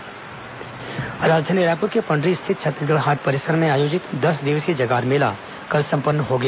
जगार मेला समापन राजधानी रायपुर के पंडरी स्थित छत्तीसगढ़ हाट परिसर में आयोजित दस दिवसीय जगार मेला कल संपन्न हो गया